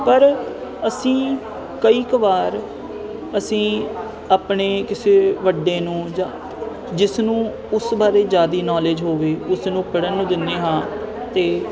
ਪਰ ਅਸੀਂ ਕਈ ਕੁ ਵਾਰ ਅਸੀਂ ਆਪਣੇ ਕਿਸੇ ਵੱਡੇ ਨੂੰ ਜਾਂ ਜਿਸ ਨੂੰ ਉਸ ਬਾਰੇ ਜ਼ਿਆਦਾ ਨਾਲੇਜ ਹੋਵੇ ਉਸਨੂੰ ਪੜ੍ਹਨ ਨੂੰ ਦਿੰਦੇ ਹਾਂ ਤਾਂ